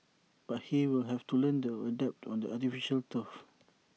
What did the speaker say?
but he will have to learn to adapt to the artificial turf